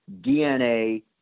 DNA